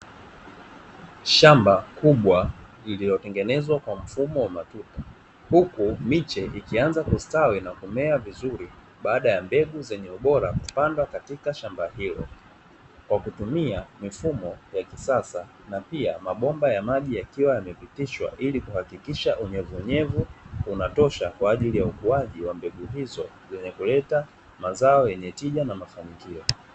Shamba kubwa lililo tengenezwa kwa mfumo wa matuta, huku miche ikianza kuota na kustawi vizuri baada ya mbegu zenye ubora kupandwa katika shamba hilo, kwa kutumia mifumo ya kisasa na pia mabomba ya maji yakiwa wamepitishwa ili kuhakikisha unyevuunyevu unatosha ,kwaajili ya ukuaji wa mbegu hizo zenye kuleta mazao yenye tija na mafanikio